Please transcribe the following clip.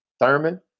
Thurman